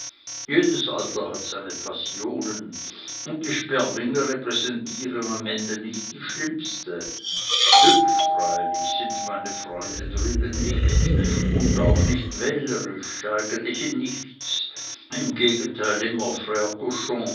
jedes alter hat seine passionen und die sperlinge repräsentieren am ende nicht die schlimmste hübsch freilich sind meine freunde drüben nicht und auch nicht wählerisch eigentlich in nichts im gegenteil immer